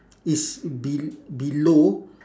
is be~ below